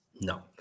No